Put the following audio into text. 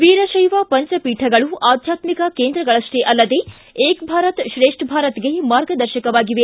ವೀರಶೈವ ಪಂಚಪೀಠಗಳು ಆಧ್ಯಾತ್ಮಿಕ ಕೇಂದ್ರಗಳಷ್ಟೇ ಅಲ್ಲದೇ ಏಕ್ ಭಾರತ್ ಶ್ರೇಷ್ಠ್ ಭಾರತ್ಗೆ ಮಾರ್ಗದರ್ಶಕವಾಗಿವೆ